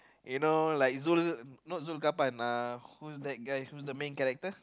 you know like Zul not Zul Kapan uh who's that guy who's the main character